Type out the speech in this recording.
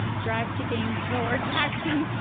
drive to gainesville or jacksonville.